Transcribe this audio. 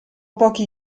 pochi